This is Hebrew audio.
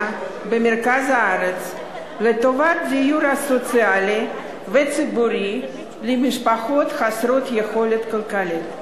במרכז הארץ לטובת דיור סוציאלי וציבורי למשפחות חסרות יכולת כלכלית.